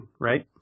right